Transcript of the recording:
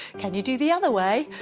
can you do the other way?